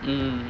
mm